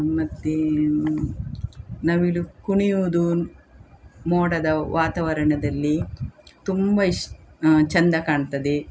ಮತ್ತು ನವಿಲು ಕುಣಿಯುವುದು ಮೋಡದ ವಾತವರಣದಲ್ಲಿ ತುಂಬಾ ಇಶ್ ಚಂದ ಕಾಣ್ತದೆ